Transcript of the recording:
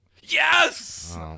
Yes